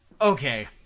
Okay